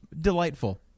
delightful